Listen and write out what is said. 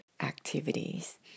activities